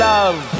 Love